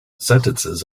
sentences